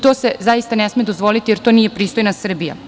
To se zaista ne sme dozvoliti, jer to nije pristojna Srbija.